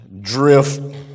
drift